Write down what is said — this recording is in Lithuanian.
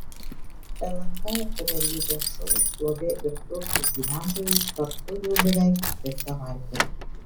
lnk realybės šou šlovė ir turtai gyventojai kartu jau beveik tris savaites